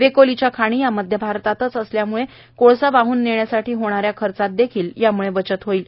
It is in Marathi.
वेकोलि च्या खाणी या मध्य भारतात असल्यामुळे कोळसा वाहन नेण्यासाठी येणाऱ्या खर्चात देखील यामुळे बचत होईल